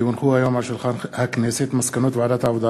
כי הונחו היום על שולחן הכנסת מסקנות ועדת העבודה,